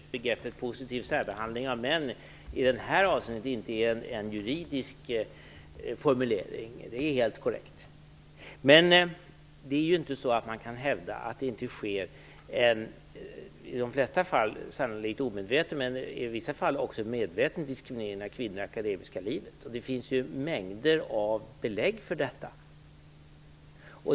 Fru talman! Jag vill gärna medge att begreppet positiv särbehandling av män i det här avseendet inte är en juridisk formulering. Det är helt korrekt. Man kan emellertid inte hävda att det inte sker en i de flesta fall sannolikt omedveten men i vissa fall också medveten diskriminering av kvinnor i det akademiska livet. Det finns mängder av belägg för detta.